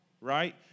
right